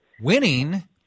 winning